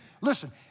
Listen